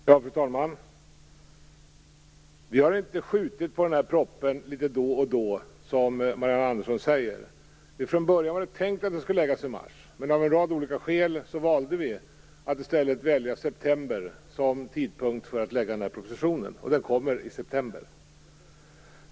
Fru talman! Vi har inte skjutit på propositionen gång på gång, Marianne Andersson! Från början var det tänkt att propositionen skulle läggas fram i mars, men av en rad olika skäl valde vi i stället september som tidpunkt för ett framläggande av den - den kommer också i september.